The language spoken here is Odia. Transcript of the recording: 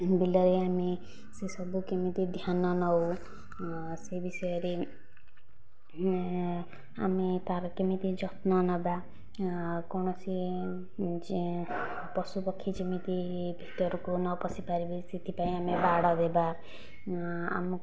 ବିଲରେ ଆମେ ସେସବୁ କେମିତି ଧ୍ୟାନ ନଉ ସେ ବିଷୟରେ ଆମେ ତାର କେମିତି ଯତ୍ନ ନେବା କୌଣସି ଯେ ପଶୁପକ୍ଷୀ ଯେମିତି ଭିତରକୁ ନ ପଶି ପାରିବେ ସେଥିପାଇଁ ଆମେ ବାଡ଼ ଦେବା ଆମ